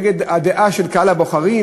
נגד הדעה של קהל הבוחרים,